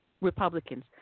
Republicans